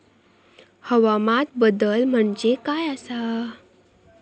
हवामान बदल म्हणजे काय आसा?